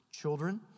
children